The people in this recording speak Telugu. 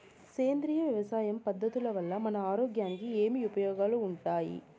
సేంద్రియ వ్యవసాయం పద్ధతుల వల్ల మన ఆరోగ్యానికి ఏమి ఉపయోగాలు వుండాయి?